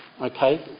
Okay